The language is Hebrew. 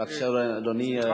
בבקשה, אדוני.